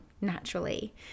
naturally